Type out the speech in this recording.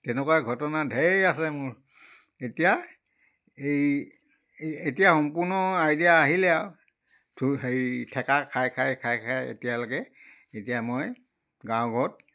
তেনেকুৱা ঘটনা ধেৰ আছে মোৰ এতিয়া এই এতিয়া সম্পূৰ্ণ আইডিয়া আহিলে আৰু তো হেৰি থেকা খাই খাই খাই খাই এতিয়ালৈকে এতিয়া মই গাঁৱৰ ঘৰত